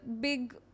big